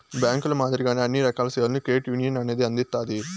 బ్యాంకుల మాదిరిగానే అన్ని రకాల సేవలను క్రెడిట్ యునియన్ అనేది అందిత్తాది